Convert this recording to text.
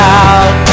out